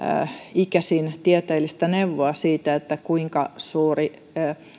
icesin tieteellistä neuvoa siitä kuinka suuri